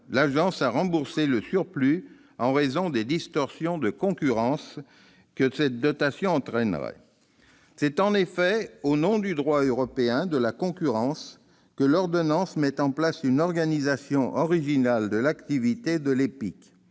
l'Agence à rembourser le surplus en raison des distorsions de concurrence que cette dotation entraînerait. C'est en effet au nom du droit européen de la concurrence que l'ordonnance met en place une organisation originale de l'activité de l'EPIC,